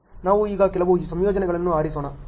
ನಾವು ಈಗ ಕೆಲವು ಸಂಯೋಜನೆಗಳನ್ನು ಆರಿಸೋಣ